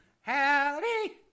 Howdy